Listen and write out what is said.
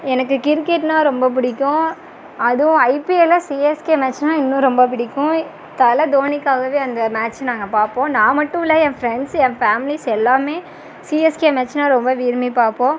எனக்கு கிரிக்கெட்னால் ரொம்ப பிடிக்கும் அதுவும் ஐபிஎல்லில் சிஎஸ்கே மேட்சுனால் இன்னும் ரொம்ப பிடிக்கும் தல தோனிக்காகவே அந்த மேட்ச் நாங்கள் பார்ப்போம் நான் மட்டும் இல்லை என் ஃப்ரெண்ட்ஸ் என் ஃபேமிலிஸ் எல்லாமே சிஎஸ்கே மேட்ச்னால் ரொம்ப விரும்பிப்பார்ப்போம்